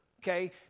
okay